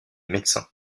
médecins